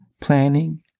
planning